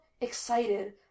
excited